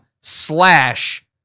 slash